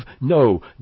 No